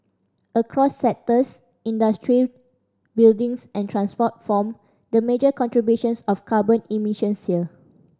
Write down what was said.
across sectors industry buildings and transport form the major contributors of carbon emissions here